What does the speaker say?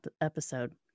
episode